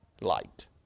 light